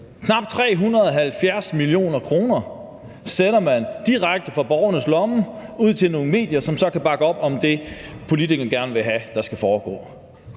Knap 370 mio. kr. sender man direkte fra borgernes lommer ud til nogle medier, som så kan bakke op om det, politikerne gerne vil have der skal foregå.